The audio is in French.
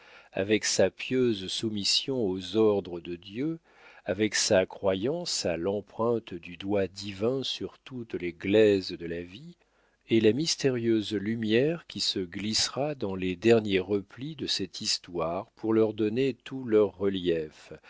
avec sa pieuse soumission aux ordres de dieu avec sa croyance à l'empreinte du doigt divin sur toutes les glaises de la vie est la mystérieuse lumière qui se glissera dans les derniers replis de cette histoire pour leur donner tout leur relief